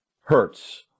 hurts